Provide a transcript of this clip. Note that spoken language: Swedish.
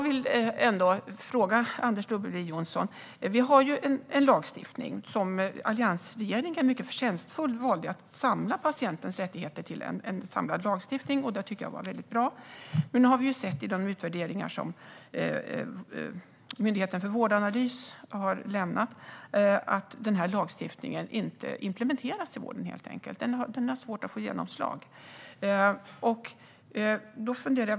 Vi har en lagstiftning där alliansregeringen mycket förtjänstfullt valde att samla patientens rättigheter till en samlad lagstiftning. Det tycker jag var väldigt bra. Men i de utvärderingar som Myndigheten för vårdanalys har lämnat har vi sett att denna lagstiftning inte implementeras i vården. Den har svårt att få genomslag.